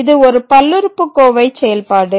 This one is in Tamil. இது ஒரு பல்லுறுப்புக்கோவை செயல்பாடு